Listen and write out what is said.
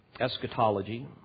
eschatology